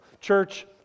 Church